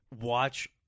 watch